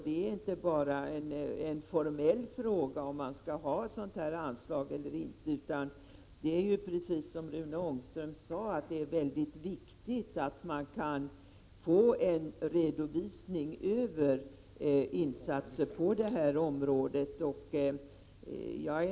Det är inte bara en formell fråga om man skall ha ett sådant anslag eller inte, utan precis som Rune Ångström sade är det mycket viktigt att vi kan få en redovisning av insatserna på detta område.